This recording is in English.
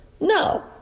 No